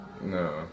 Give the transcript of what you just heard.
No